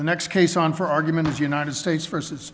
the next case on for argument is united states versus